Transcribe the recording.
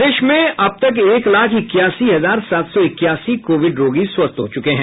प्रदेश में अब तक एक लाख इक्यासी हजार सात सौ इक्यासी कोविड रोगी स्वस्थ हो चुके हैं